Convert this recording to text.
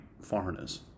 foreigners